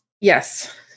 Yes